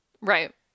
Right